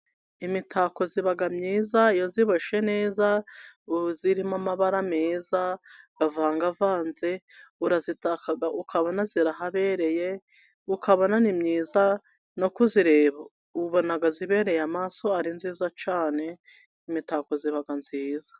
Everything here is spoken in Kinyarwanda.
Imitako iba myiza iyo iboshye neza, irimo amabara meza avangavanze urazitaka ukabona irahabereye, ukabona ni myiza no kuyireba, ubona ibereye amaso ari myiza cyane, imitako iba myiza.